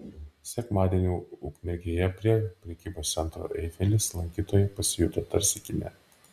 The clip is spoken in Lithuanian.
sekmadienį ukmergėje prie prekybos centro eifelis lankytojai pasijuto tarsi kine